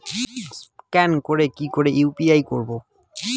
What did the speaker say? Scan করে কি করে ইউ.পি.আই করবো?